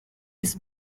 his